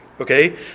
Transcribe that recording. Okay